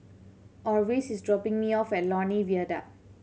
Orvis is dropping me off at Lornie Viaduct